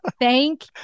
Thank